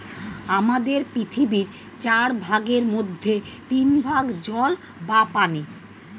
আমাদের পৃথিবীর চার ভাগের মধ্যে তিন ভাগ জল বা পানি